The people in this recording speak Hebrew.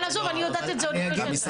אבל עזוב, אני יודעת את זה עוד לפני.